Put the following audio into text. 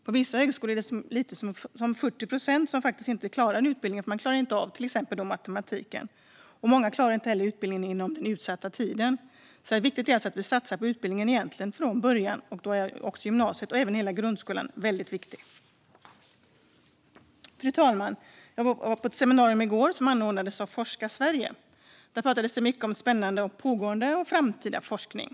På vissa högskolor är det en så liten andel som 40 procent som klarar sin utbildning eftersom många inte klarar av till exempel matematiken. Många klarar inte heller utbildningen inom den utsatta tiden. Det är alltså viktigt att vi satsar på utbildningen från början, och då är både grundskolan och gymnasiet viktiga. Fru talman! Jag var på ett seminarium i går som anordnades av Forska Sverige. Där pratades det mycket om spännande pågående och framtida forskning.